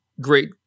great